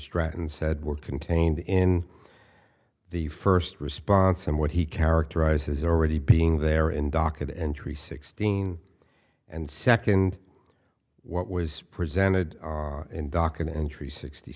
stretton said were contained in the first response and what he characterized as already being there in docket entry sixteen and second what was presented in docket entry sixty